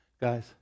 guys